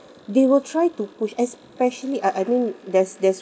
they will try to push especially I I don't there's there's